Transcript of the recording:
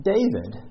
David